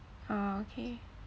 ah okay